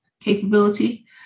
capability